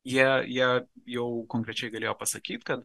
jie jie jau konkrečiai galėjo pasakyt kad